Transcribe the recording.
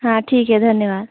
हाँ ठीक है धन्यवाद